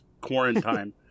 quarantine